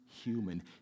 human